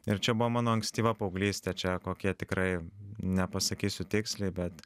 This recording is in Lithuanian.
ir čia buvo mano ankstyva paauglystė čia kokie tikrai nepasakysiu tiksliai bet